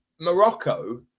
Morocco